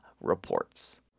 reports